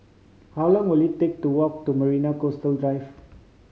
how long will it take to walk to Marina Coastal Drive